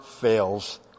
fails